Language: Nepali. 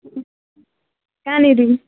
कहाँनेरि